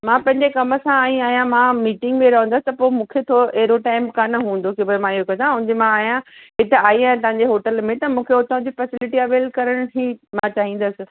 मां पंहिंजे कम सां आई आहियां मां मीटिंग में रवंदसि त पोइ मूंखे थोरो अहिड़ो टाइम कान हूंदो कि भई मां इहो कयां ऐं जंहिं मां आहियां हिते आई आहियां तव्हांजे होटल में मूंखे हुतां जी फ़ैसिलिटी अवेल करण ई मां चाहींदसि